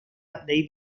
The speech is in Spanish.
david